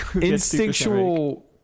instinctual